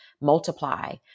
multiply